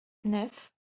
neuf